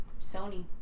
Sony